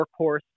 workhorse